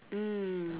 mm